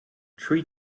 tree